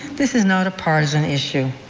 this is not a partisan issue.